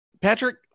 patrick